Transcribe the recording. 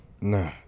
Nah